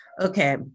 Okay